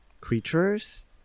creatures